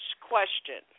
question